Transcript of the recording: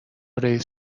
رئیس